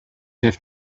have